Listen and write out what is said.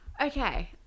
Okay